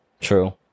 True